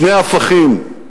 שני הפכים,